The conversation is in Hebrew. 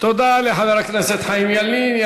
תודה לחבר הכנסת חיים ילין.